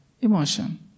emotion